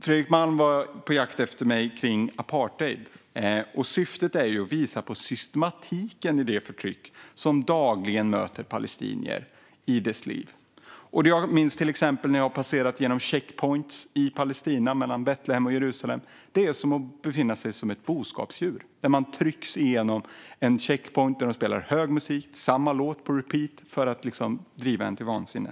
Fredrik Malm var på jakt efter mig kring detta med apartheid. Syftet är att visa på systematiken i det förtryck som dagligen möter palestinier i deras liv. Jag minns till exempel tillfällen då jag har passerat genom check-points i Palestina, mellan Betlehem och Jerusalem. Det är att som att vara ett boskapsdjur. Man trycks igenom en check-point där det spelas hög musik, och det är samma låt på repeat för att liksom driva en till vansinne.